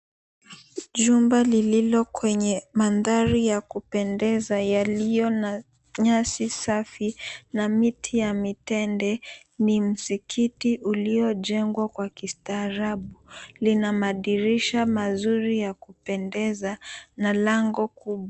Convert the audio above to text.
Jumba lililo kwenye mandhari ya kupendeza yaliyo na nyasi safi na miti ya mitende ni msikiti uliojengwa kwa kistaarabu. Lina madirisha mazuri ya kupendeza na lango kubwa.